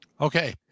Okay